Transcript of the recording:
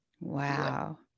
Wow